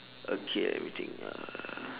okay let me think uh